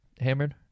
hammered